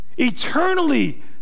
eternally